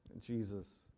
Jesus